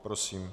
Prosím.